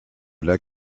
lac